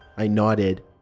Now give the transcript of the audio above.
i nodded.